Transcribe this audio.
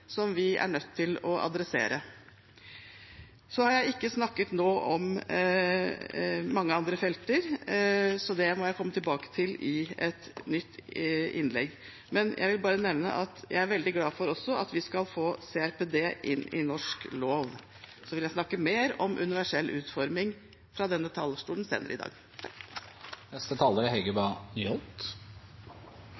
vi er nødt til å adressere. Det er mange andre felter jeg ikke har snakket om nå, så det må jeg komme tilbake til i et nytt innlegg, men jeg vil bare nevne at jeg også er veldig glad for at vi skal få CRPD inn i norsk lov. Jeg vil snakke mer om universell utforming fra denne talerstolen senere i dag. Jeg vil også takke for en god redegjørelse. Likestilling er